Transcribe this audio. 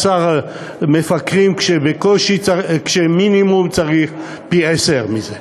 17 מפקחים, כשצריך מינימום פי-עשרה מזה.